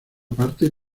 parte